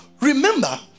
remember